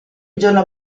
giorno